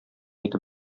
итеп